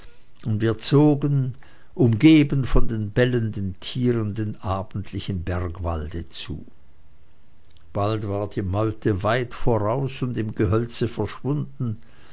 und wir zogen umgeben von den bellenden tieren dem abendlichen bergwalde zu bald war die meute weit voraus und im gehölze verschwunden